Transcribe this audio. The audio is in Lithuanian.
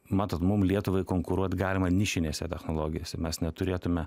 matot mum lietuvai konkuruot galima nišinėse technologijose mes neturėtume